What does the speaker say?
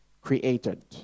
created